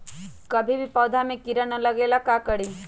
कभी भी पौधा में कीरा न लगे ये ला का करी?